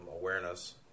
awareness